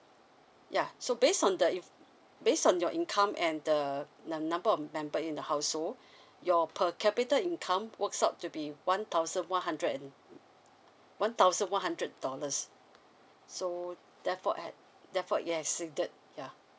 yeah so based on the inf~ based on your income and the the number of member in the household your per capita income works out to be one thousand one hundred and one thousand one hundred dollars so therefore at therefore it exceeded ya